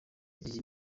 iyi